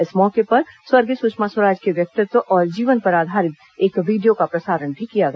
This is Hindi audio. इस मौके पर स्वर्गीय सुषमा स्वराज के व्यक्तित्व और जीवन पर आधारित एक वीडियो का प्रसारण भी किया गया